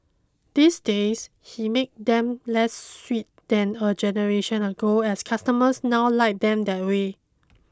these days he make them less sweet than a generation ago as customers now like them that way